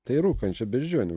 tai rūkančią beždžionę